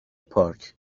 پارک